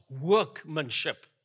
workmanship